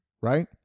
right